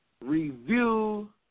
Review